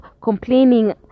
complaining